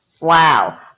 Wow